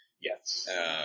Yes